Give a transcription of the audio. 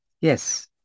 yes